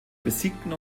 besiegten